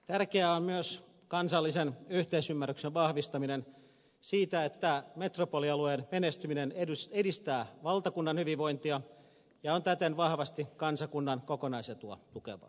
tärkeää on myös kansallisen yhteisymmärryksen vahvistaminen siitä että metropolialueen menestyminen edistää valtakunnan hyvinvointia ja on täten vahvasti kansakunnan kokonaisetua tukevaa